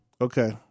Okay